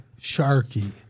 sharky